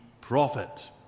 prophet